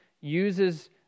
uses